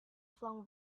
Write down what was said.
flung